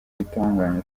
itunganya